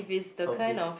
how big